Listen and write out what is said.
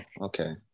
okay